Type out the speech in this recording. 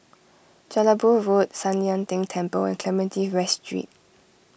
Jelebu Road San Lian Deng Temple and Clementi West Street